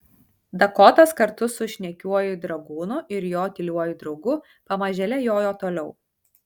dakotas kartu su šnekiuoju dragūnu ir jo tyliuoju draugu pamažėle jojo toliau